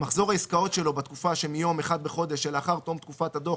מחזור העסקאות שלו בתקופה שמיום 1 בחודש שלאחר תום תקופת הדוח